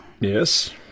Yes